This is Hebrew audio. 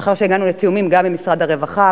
מאחר שהגענו לתיאומים גם עם משרד הרווחה